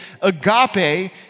Agape